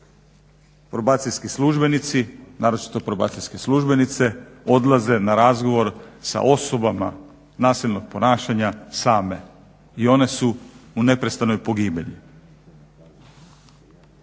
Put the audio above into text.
probacijski službenici, naročito probacijske službenice odlaze na razgovor sa osobama nasilnog ponašanja same i one su u neprestanoj pogibelji.